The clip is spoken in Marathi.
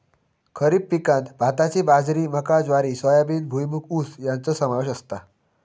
खरीप पिकांत भाताची बाजरी मका ज्वारी सोयाबीन भुईमूग ऊस याचो समावेश असता